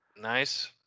nice